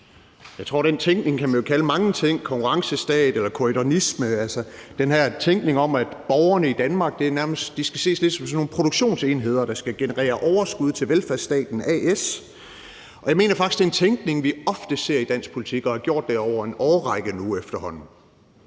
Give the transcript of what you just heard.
Jeg tror, at man kan kalde den tænkning mange ting, konkurrencestat eller corydonisme, altså den her tænkning om, at borgerne i Danmark nærmest skal ses lidt som sådan nogle produktionsenheder, der skal generere overskud til velfærdsstaten A/S, og jeg mener faktisk, at det er en tænkning, vi ofte ser i dansk politik og har gjort det i over en årrække nu efterhånden.